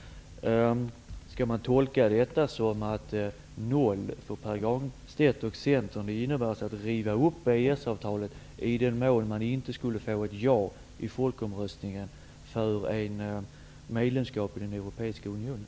Skall jag tolka detta som att noll för Pär Granstedt och Centern innebär att man skall riva upp EES-avtalet i den mån man inte skulle få ett ja i folkomröstningen om ett medlemskap i den europeiska unionen?